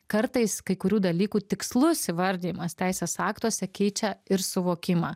kartais kai kurių dalykų tikslus įvardijimas teisės aktuose keičia ir suvokimą